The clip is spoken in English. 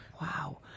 Wow